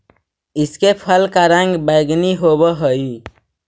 इसके फल का रंग बैंगनी होवअ हई